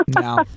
No